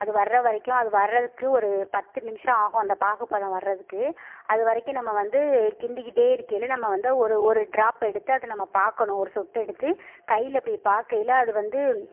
அது வர்ற வரைக்கும் அது வர்றதுக்கு ஒரு பத்து நிமிஷம் ஆகும் அந்த பாகுப்பதம் வர்றதுக்கு அது வரைக்கும் நம்ம வந்து கிண்டிக்கிட்டே இருக்கையில் நம்ம வந்து ஒரு ஒரு ட்ராப் எடுத்து அதைத நம்ம பார்க்கணும் ஒரு சொட்டு எடுத்து கையில் இப்படி பார்க்கையில அது வந்து